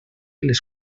les